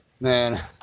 Man